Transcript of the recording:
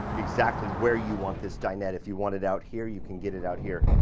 exactly where you want this dinette. if you want it out here, you can get it out here.